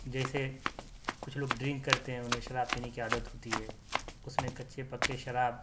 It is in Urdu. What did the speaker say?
جیسے کچھ لوگ ڈرنک کرتے ہیں انہیں شراب پینے کی عادت ہوتی ہے اس میں کچے پکے شراب